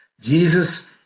Jesus